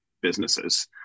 businesses